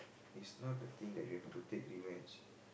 it's not the thing that you have to take revenge